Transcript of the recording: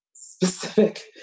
Specific